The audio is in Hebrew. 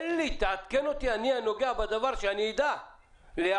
ותעדכן אותי, את הנוגע בדבר, שאני אדע להיערך.